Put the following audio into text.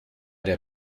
der